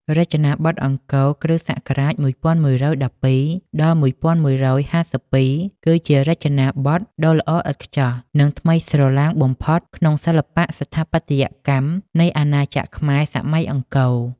រចនាបថអង្គរវត្ត (គ.ស. ១១១២ ដល់ ១១៥២) គឺជារចនាបថដ៏ល្អឥតខ្ចោះ និងថ្មីស្រឡាងបំផុតក្នុងសិល្បៈស្ថាបត្យកម្មនៃអាណាចក្រខ្មែរ សម័យអង្គរ។